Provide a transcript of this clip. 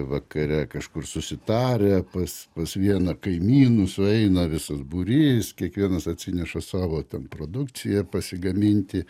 vakare kažkur susitarę pas pas vieną kaimynus sueina visas būrys kiekvienas atsineša savo ten produkciją ir pasigaminti